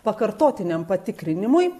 pakartotiniam patikrinimui